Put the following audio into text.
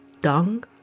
Dung